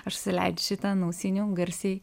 užsileidžiu šitą ant ausinių garsiai